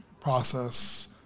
process